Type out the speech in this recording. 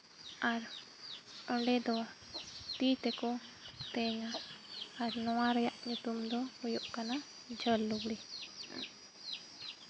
ᱟᱨ ᱚᱸᱰᱮ ᱫᱚ ᱛᱤ ᱛᱮᱠᱚ ᱛᱮᱧᱟ ᱟᱨ ᱱᱚᱣᱟ ᱨᱮᱭᱟᱜ ᱧᱩᱛᱩᱢ ᱫᱚ ᱦᱩᱭᱩᱜ ᱠᱟᱱᱟ ᱡᱷᱟᱹᱞ ᱞᱩᱜᱽᱲᱤᱡ